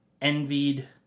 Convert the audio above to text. envied